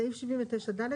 סעיף 79 ד'.